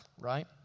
right